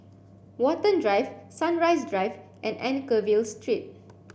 Watten Drive Sunrise Drive and Anchorvale Street